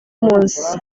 umunsi